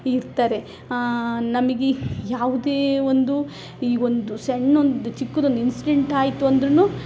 ಇರ್ತಾರೆ ನಮಗೆ ಯಾವುದೇ ಒಂದು ಈ ಒಂದು ಸಣ್ ಒಂದು ಚಿಕ್ಕದೊಂದ್ ಇನ್ಸಿಡೆಂಟ್ ಆಯಿತು ಅಂದ್ರು